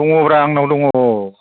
दङब्रा आंनाव दङ